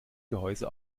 gehäuse